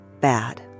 bad